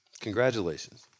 Congratulations